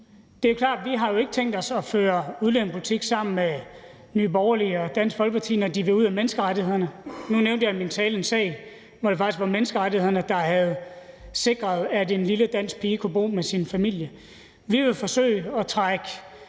Det er klart, at vi ikke har tænkt os at føre udlændingepolitik sammen med Nye Borgerlige og Dansk Folkeparti, når de vil ud af menneskerettighedskonventionen. Nu nævnte jeg i min tale en sag, hvor det faktisk var menneskerettighederne, der havde sikret, at en lille dansk pige kunne bo med sin familie. Vi vil forsøge at trække